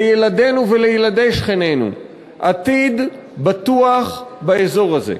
לילדינו ולילדי שכנינו עתיד בטוח באזור הזה.